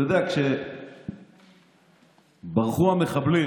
אתה יודע, כשברחו המחבלים